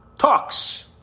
talks